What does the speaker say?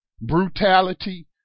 brutality